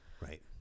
Right